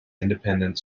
independent